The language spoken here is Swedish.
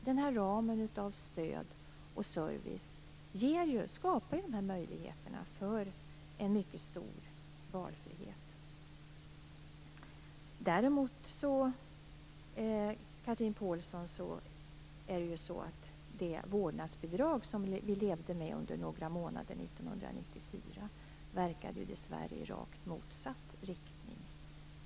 Denna ram av stöd och service skapar möjligheter till en mycket stor valfrihet. Det vårdnadsbidrag däremot, Chatrine Pålsson, som vi levde med under några månader 1994, verkade ju dessvärre i rakt motsatt riktning.